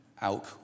out